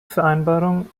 vereinbarung